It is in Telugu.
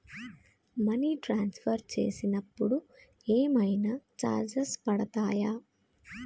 మనీ ట్రాన్స్ఫర్ చేసినప్పుడు ఏమైనా చార్జెస్ పడతయా?